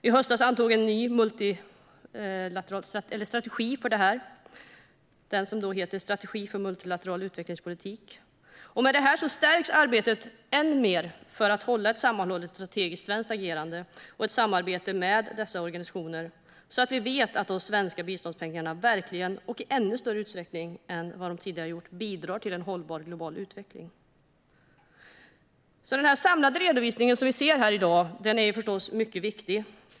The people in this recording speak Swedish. I höstas antogs en ny multilateral strategi för det här, Strategi för multilateral utvecklingspolitik. Med detta stärks arbetet ännu mer för att behålla ett sammanhållet strategiskt svenskt agerande och ett samarbete med dessa organisationer så att vi vet att de svenska biståndspengarna verkligen och i ännu större utsträckning än vad de tidigare har gjort bidrar till en hållbar global utveckling. Den samlade redovisning som vi ser här i dag är förstås mycket viktig.